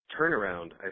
turnaround